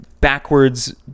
backwards